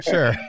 Sure